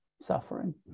suffering